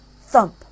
thump